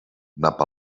nap